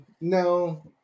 no